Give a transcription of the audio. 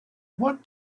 what